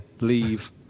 leave